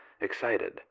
excited